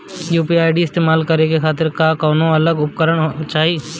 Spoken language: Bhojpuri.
यू.पी.आई इस्तेमाल करने खातिर क्या कौनो अलग उपकरण चाहीं?